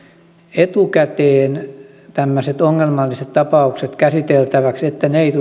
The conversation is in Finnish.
etukäteen tämmöiset ongelmalliset tapaukset käsiteltäväksi että ne eivät